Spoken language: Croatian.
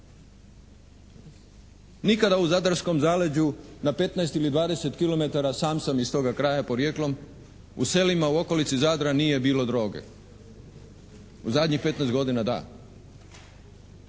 Nikada u zadarskom zaleđu na 15 ili 20 kilometara, sam sam iz toga kraja porijeklom, u selima u okolici Zadra nije bilo droge. U zadnjih 15 godina da.